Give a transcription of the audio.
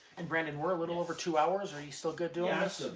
and brandon, we're a little over two hours. are you still good doing this?